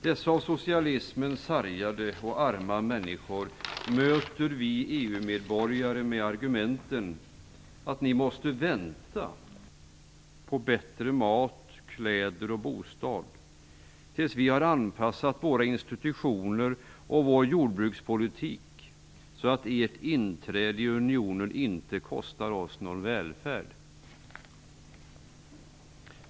Dessa av socialismen sargade och arma människor möter vi EU-medborgare med argumenten att de måste vänta på bättre mat, kläder och bostad tills vi har anpassat våra institutioner och vår jordbrukspolitik så att deras inträde i unionen inte kostar oss någon välfärd.